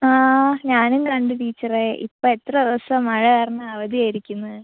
ആ ഞാനും കണ്ടു ടീച്ചറെ ഇപ്പം എത്ര ദിവസം മഴ കാരണം അവധി ആയിരിക്കുന്നു